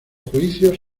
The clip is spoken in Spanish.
juicios